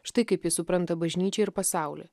štai kaip jis supranta bažnyčią ir pasaulį